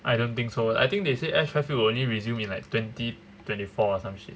I don't think so I think they say air traffic will only resume in like twenty twenty four or some shit